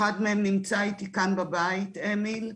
אחד מהם נמצא איתי כאן בבית, אמיל.